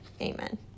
Amen